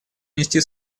внести